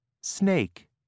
Snake